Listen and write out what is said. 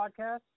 podcast